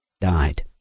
DIED